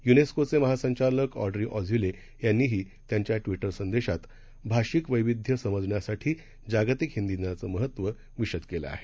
युनेस्कोचे महासंचालक Audrey Azoulay यांनीही त्यांच्या ट्वि र संदेशात भाषिक वैविध्य समजण्यासाठी जागतिक हिंदी दिनाचं महत्त्व विशद केलं आहे